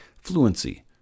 fluency